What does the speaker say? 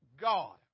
God